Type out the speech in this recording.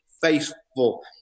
faithful